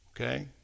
okay